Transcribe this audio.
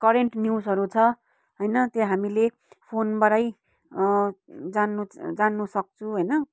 current न्युजहरू छ होइन त्यो हामीले फोनबाटै जान्न जान्नसक्छौँ होइन